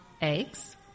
eggs